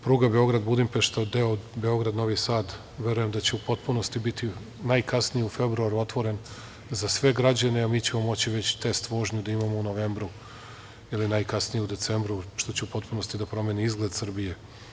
Pruga Beograd-Budimpešta, deo Beograd-Novi Sad, verujem da će u potpunosti biti najkasnije u februaru otvoren za sve građane, a mi ćemo moći već test vožnju da imamo u novembru ili najkasnije u decembru, što će u potpunosti da promeni izgled Srbije.